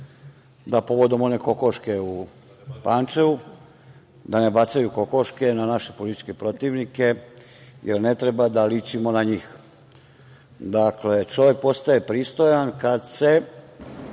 da povodom one kokoške u Pančevu, da ne bacaju kokoške na naše političke protivnike, jer ne treba da ličimo na njih. Dakle, čovek postaje pristojan kada se